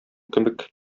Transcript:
кебек